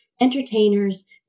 entertainers